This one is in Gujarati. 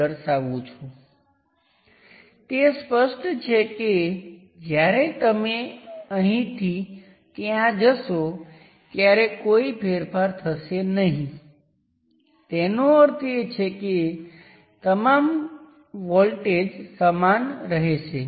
ચાલો હું બીજા કેસ પર નજર કરું જ્યાં તમામ ઇન્ટરનલ સોર્સ ને નલ કરવામાં આવે છે ઇન્ડિપેન્ડન્ટ સોર્સ ને નલ કરવામાં આવે છે